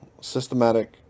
systematic